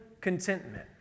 Contentment